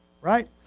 Right